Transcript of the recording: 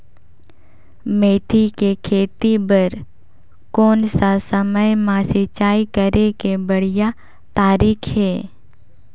मेथी के खेती बार कोन सा समय मां सिंचाई करे के बढ़िया तारीक हे?